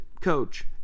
coach